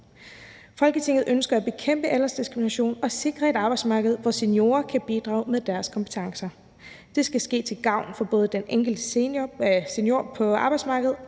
Folketinget ønsker at bekæmpe aldersdiskrimination og sikre et arbejdsmarked, hvor seniorer kan bidrage med deres kompetencer. Det skal ske til gavn for både den enkelte senior på arbejdsmarkedet